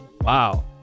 Wow